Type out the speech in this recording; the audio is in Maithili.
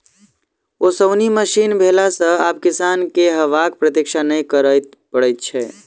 ओसौनी मशीन भेला सॅ आब किसान के हवाक प्रतिक्षा नै करय पड़ैत छै